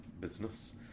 business